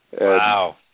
Wow